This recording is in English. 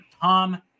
Tom